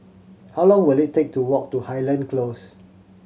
how long will it take to walk to Highland Close